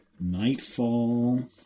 Nightfall